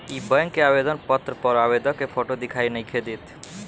इ बैक के आवेदन पत्र पर आवेदक के फोटो दिखाई नइखे देत